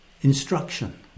instruction